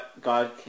God